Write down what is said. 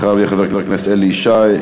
אחריו יהיו חבר הכנסת אלי ישי,